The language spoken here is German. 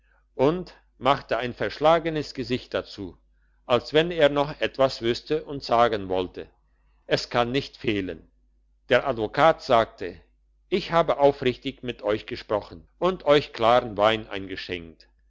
und machte ein verschlagenes gesicht dazu als wenn er noch etwas wüsste und sagen wollte es kann nicht fehlen der advokat sagte ich habe aufrichtig mit euch gesprochen und euch klaren wein eingeschenkt